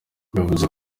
yavuze